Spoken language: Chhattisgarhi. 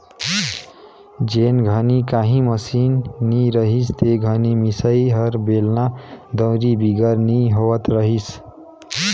जेन घनी काही मसीन नी रहिस ते घनी मिसई हर बेलना, दउंरी बिगर नी होवत रहिस